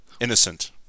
Innocent